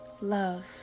love